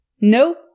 No